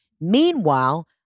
Meanwhile